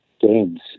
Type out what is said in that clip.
games